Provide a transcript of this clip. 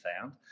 found